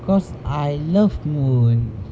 cause I love moon